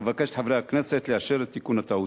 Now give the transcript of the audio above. אבקש מחברי הכנסת לאשר את תיקון הטעות.